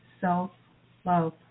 self-love